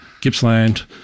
Gippsland